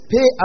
Pay